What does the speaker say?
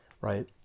right